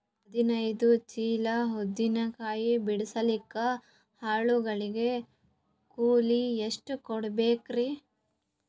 ಹದಿನೈದು ಚೀಲ ಉದ್ದಿನ ಕಾಯಿ ಬಿಡಸಲಿಕ ಆಳು ಗಳಿಗೆ ಕೂಲಿ ಎಷ್ಟು ಕೂಡಬೆಕರೀ?